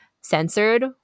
censored